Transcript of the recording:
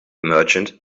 merchant